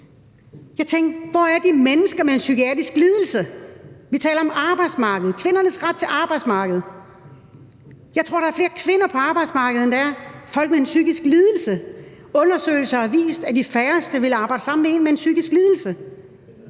Jeg tænkte: Hvor er de mennesker med en psykiatrisk lidelse? Vi taler om arbejdsmarkedet, om kvindernes ret til arbejdsmarkedet. Jeg tror, der er flere kvinder på arbejdsmarkedet, end der er folk med en psykisk lidelse. Undersøgelser har vist, at de færreste vil arbejde sammen med en med en psykisk lidelse.